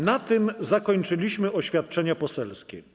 Na tym zakończyliśmy oświadczenia poselskie.